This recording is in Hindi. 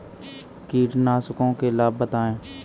कीटनाशकों के लाभ बताएँ?